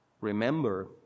Remember